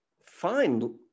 fine